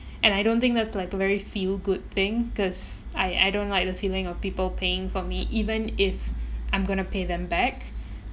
and I don't think that's like a very feel good thing cause I I don't like the feeling of people paying for me even if I'm gonna to pay them back